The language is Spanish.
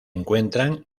encuentran